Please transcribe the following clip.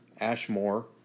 Ashmore